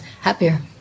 happier